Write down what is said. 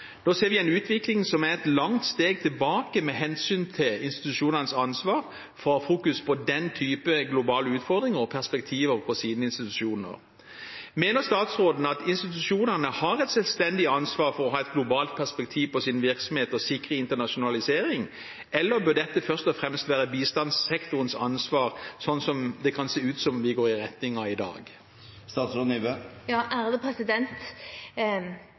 ser vi en utvikling som er et langt steg tilbake med hensyn til institusjonenes ansvar for å ha fokus på den type globale utfordringer og perspektiver på sine institusjoner. Mener statsråden at institusjonene har et selvstendig ansvar for å ha et globalt perspektiv på sin virksomhet og sikre internasjonalisering, eller bør dette først og fremst være bistandssektorens ansvar, slik som det kan se ut som vi går i retning av i dag?